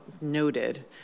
noted